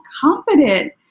confident